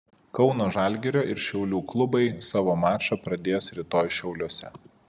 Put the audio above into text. kauno žalgirio ir šiaulių klubai savo mačą pradės rytoj šiauliuose